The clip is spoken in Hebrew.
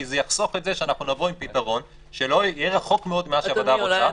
כי זה יחסוך את זה שנבוא עם פתרון שלא יהיה רחוק מאוד ממה שהוועדה רוצה,